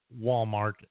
Walmart